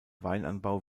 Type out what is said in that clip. weinanbau